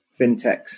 fintechs